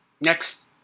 Next